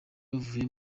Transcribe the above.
bavuye